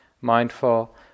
mindful